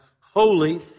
holy